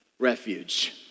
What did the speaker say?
refuge